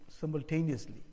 simultaneously